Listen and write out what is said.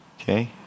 Okay